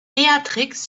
beatrix